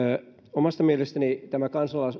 omasta mielestäni tämä